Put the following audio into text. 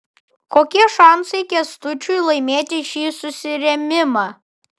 kokie šansai kęstučiui laimėti šį susirėmimą